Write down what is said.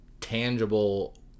tangible